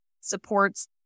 supports